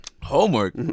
Homework